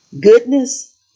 Goodness